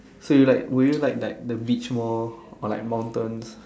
so you like would you like like the beach more or like mountains